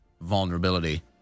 vulnerability